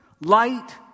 light